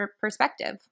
perspective